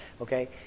Okay